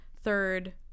third